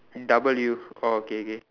W orh okay okay